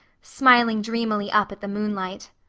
smiling dreamily up at the moonlight.